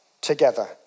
together